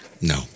No